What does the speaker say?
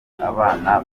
abana